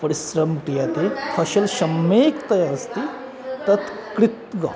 परिश्रमं क्रियते फलं सम्यक्तया अस्ति तत् कृत्वा